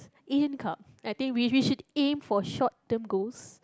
Asian Cup I think we we should aim for short term goals